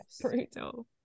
brutal